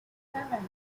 seven